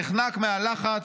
נחנק מהלחץ,